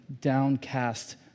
downcast